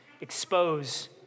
expose